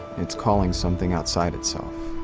it's calling something outside itself.